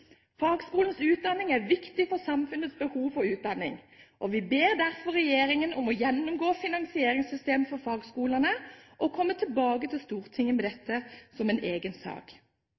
utdanning er viktig for samfunnets behov for utdanning, og vi ber derfor regjeringen om å gjennomgå finansieringssystemet for fagskolene og komme tilbake til Stortinget med dette som en egen sak.